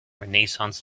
renaissance